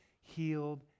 healed